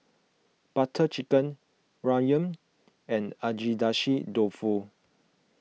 Butter Chicken Ramyeon and Agedashi Dofu